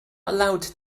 allowed